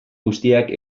guztiak